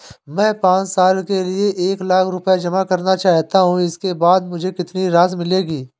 मैं पाँच साल के लिए एक लाख रूपए जमा करना चाहता हूँ इसके बाद मुझे कितनी राशि मिलेगी?